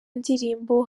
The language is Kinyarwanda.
ndirimbo